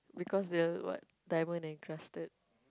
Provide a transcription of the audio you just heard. because they are what diamond encrusted